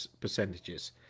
percentages